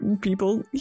people